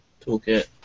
toolkit